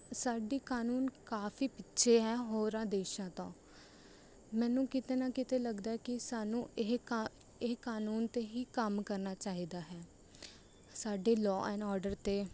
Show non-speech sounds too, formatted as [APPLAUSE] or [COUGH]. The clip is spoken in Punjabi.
ਸਾਡੀ ਕਾਨੂੰਨ ਕਾਫੀ ਪਿੱਛੇ ਹੈ ਹੋਰਾਂ ਦੇਸ਼ਾਂ ਤੋਂ ਮੈਨੂੰ ਕਿਤੇ ਨਾ ਕਿਤੇ ਲੱਗਦਾ ਹੈ ਕਿ ਸਾਨੂੰ ਇਹ [UNINTELLIGIBLE] ਇਹ ਕਾਨੂੰਨ 'ਤੇ ਹੀ ਕੰਮ ਕਰਨਾ ਚਾਹੀਦਾ ਹੈ ਸਾਡੇ ਲਾਅ ਐਂਡ ਆਰਡਰ 'ਤੇ